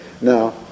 Now